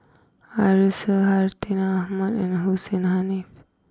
Arasu Hartinah Ahmad and Hussein Haniff